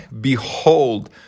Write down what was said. behold